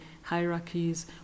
hierarchies